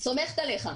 סומכת עליך.